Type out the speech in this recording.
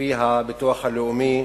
לפי הביטוח הלאומי,